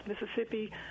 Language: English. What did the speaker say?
Mississippi